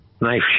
knife